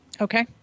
Okay